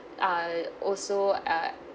err also uh